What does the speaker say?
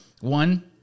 One